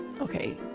Okay